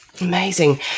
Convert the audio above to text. Amazing